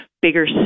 bigger